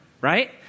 right